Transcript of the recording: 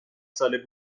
ساله